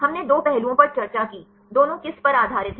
हमने दो पहलुओं पर चर्चा की दोनों किस पर आधारित हैं